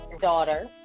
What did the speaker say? daughter